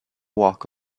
walk